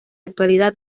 actualidad